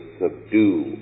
subdue